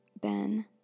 Ben